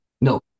No